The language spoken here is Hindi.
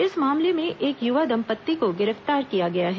इस मामले में एक युवा दंपत्ति को गिरफ्तार किया गया है